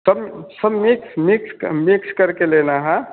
सब सब mix mix mix करके लेना है